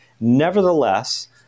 Nevertheless